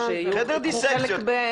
חדר דיסקציות.